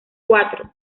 cuatro